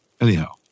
anyhow